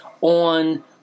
on